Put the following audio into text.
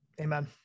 Amen